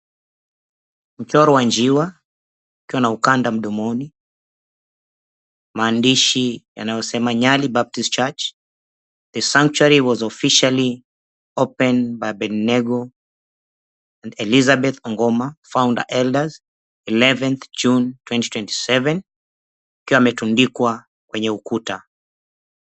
Michoro wa njiwa ukiwa na ukanda mdomoni maandishi yanayosema Nyali Baptist Church the sanctuary was officially opened by Abednego and Elizabeth Ongoma founder elders 11th June 2027 ikiwa umetndikwa kwenye ukuta.